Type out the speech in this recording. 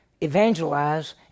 evangelize